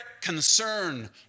concern